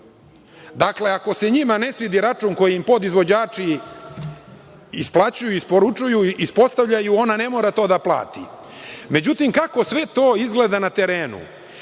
Dakle, ako se njima ne svidi račun koji im podizvođači isplaćuju, isporučuju, ispostavljaju ona ne mora to da plati.Međutim, kako to sve izgleda na terenu?